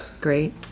Great